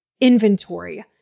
inventory